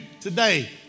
today